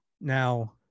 Now